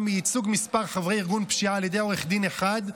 מייצוג כמה חברי ארגון פשיעה על ידי עורך דין אחד,